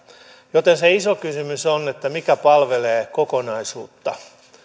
joten se iso kysymys on mikä palvelee kokonaisuutta